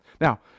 Now